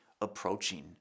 approaching